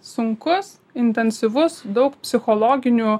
sunkus intensyvus daug psichologinių